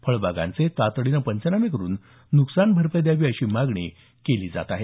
फळबागांचे तातडीने पंचनामे होऊन न्कसान भरपाई मिळावी अशी मागणी केली जात आहे